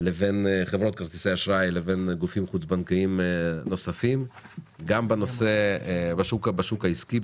לבין חברות כרטיסי אשראי לבין גופים חוץ בנקאיים נוספים בשוק העסקי,